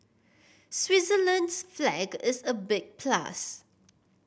Switzerland's flag is a big plus